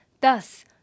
Thus